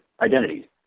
identity